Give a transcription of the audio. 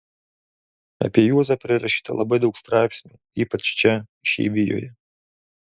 apie juozą prirašyta labai daug straipsnių ypač čia išeivijoje